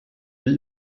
mir